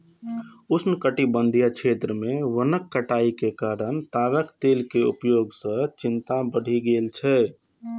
उष्णकटिबंधीय क्षेत्र मे वनक कटाइ के कारण ताड़क तेल के उपयोग सं चिंता बढ़ि गेल छै